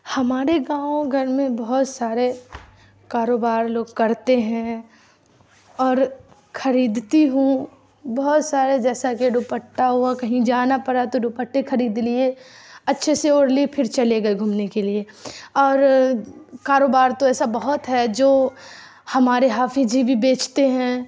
ہمارے گاؤں گھر میں بہت سارے کاروبار لوگ کرتے ہیں اور خریدتی ہوں بہت سارے جیسا کہ دوپٹہ ہوا کہیں جانا پڑا دوپٹے خرید لیے اچھے سے اوڑھ لی پھر چلے گئے گھومنے کے لیے اور کاروبار تو ایسا بہت ہے جو ہمارے حافی جی بھی بیچتے ہیں